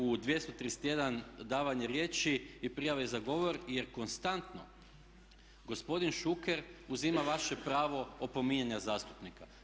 U 231. davanje riječi i prijave za govor jer konstantno gospodin Šuker uzima vaše pravo opominjanja zastupnika.